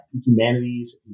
humanities